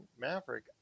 Maverick